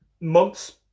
months